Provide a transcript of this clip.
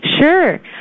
Sure